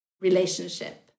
relationship